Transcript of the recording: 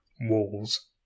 walls